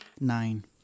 Nine